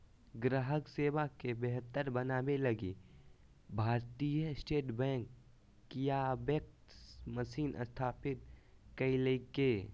ग्राहक सेवा के बेहतर बनाबे लगी भारतीय स्टेट बैंक कियाक्स मशीन स्थापित कइल्कैय